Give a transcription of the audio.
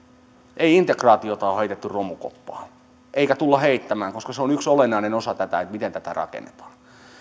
ei integraatiota ole heitetty romukoppaan eikä tulla heittämään koska se on yksi olennainen osa tätä miten tätä rakennetaan